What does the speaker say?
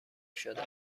شده